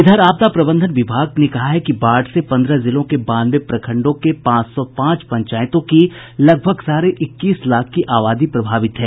इधर आपदा प्रबंधन विभाग के अनुसार बाढ़ से पंद्रह जिलों के बानवे प्रखंडों के पांच सौ पांच पंचायतों की लगभग साढ़े इक्कीस लाख की आबादी प्रभावित है